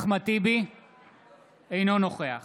אינו נוכח